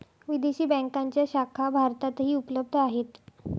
विदेशी बँकांच्या शाखा भारतातही उपलब्ध आहेत